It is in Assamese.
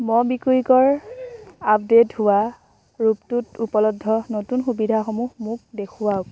ম'বিকুইকৰ আপডেট হোৱা ৰূপটোত উপলব্ধ নতুন সুবিধাসমূহ মোক দেখুৱাওক